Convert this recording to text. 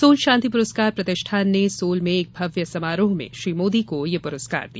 soul शांति पुरस्कार प्रतिष्ठान ने सोल में एक भव्य समारोह में श्री मोदी को पुरस्कार दिया